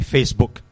Facebook